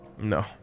No